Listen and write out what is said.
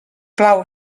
plau